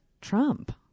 Trump